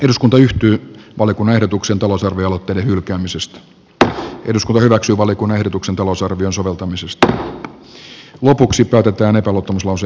eduskunta yhtyi oli kun ehdotuksen talousarvioaloitteen hylkäämisestä että eduskunta hyväksyy valiokunnan ehdotuksen vedän yleiskeskustelun aikana tekemäni epäluottamuslause